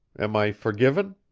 am i forgiven?